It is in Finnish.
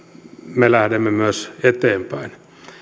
me lähdemme myös eteenpäin